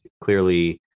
clearly